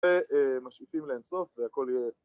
משאיפים לאינסוף והכל יהיה...